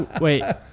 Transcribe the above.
wait